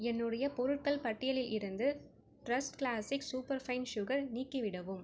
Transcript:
என்னுடைய பொருட்கள் பட்டியலில் இருந்து trust classic super fine sugar நீக்கி விடவும்